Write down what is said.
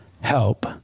help